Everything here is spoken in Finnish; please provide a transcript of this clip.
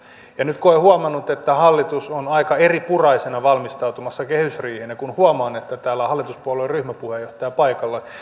nyt kun olen huomannut että hallitus on aika eripuraisena valmistautumassa kehysriiheen ja kun huomaan että täällä on hallituspuolueen ryhmäpuheenjohtaja paikalla